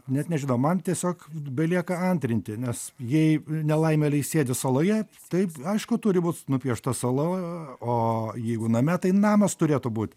net nežinau man tiesiog belieka antrinti nes jei nu nelaimėliai sėdi saloje taip aišku turi būs nupiešta sala o jeigu name tai namas turėtų būt